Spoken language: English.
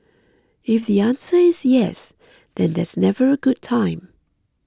if the answer is yes then there's never a good time